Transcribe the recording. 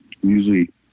usually